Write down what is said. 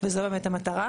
וזו באמת המטרה.